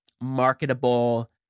marketable